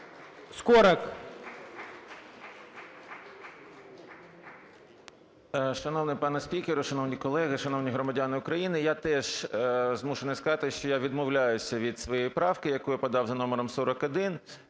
Шановний пане спікер, шановні колеги, шановні громадяни України! Я теж змушений сказати, що я відмовляюся від своєї правки, яку я подав за номером 41.